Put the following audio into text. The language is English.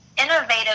innovative